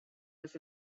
was